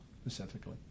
specifically